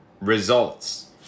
results